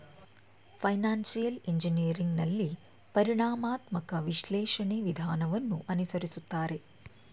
financial engineering ನಲ್ಲಿ ಪರಿಣಾಮಾತ್ಮಕ ವಿಶ್ಲೇಷಣೆ ವಿಧಾನವನ್ನು ಅನುಸರಿಸುತ್ತಾರೆ